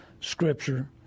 scripture